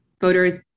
voters